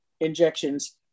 injections